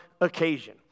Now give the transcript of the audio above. occasion